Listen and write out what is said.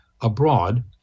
abroad